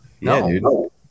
No